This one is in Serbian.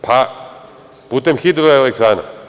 Pa putem hidroelektrana.